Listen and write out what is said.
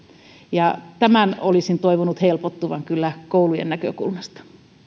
tämän olisin toivonut helpottuvan kyllä koulujen näkökulmasta